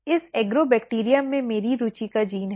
इस एग्रोबैक्टीरियम में मेरी रुचि का जीन है